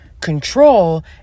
control